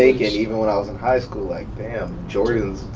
even when i was in high school, like damn, jordans,